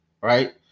right